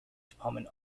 department